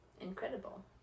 incredible